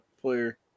player